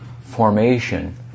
formation